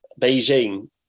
Beijing